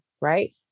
Right